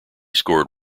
scored